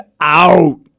out